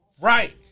Right